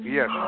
Yes